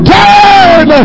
turn